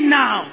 now